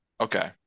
okay